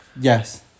Yes